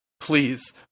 Please